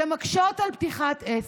שמקשות על פתיחת עסק,